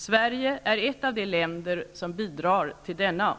Sverige är ett av de länder som bidrar till denna.